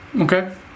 Okay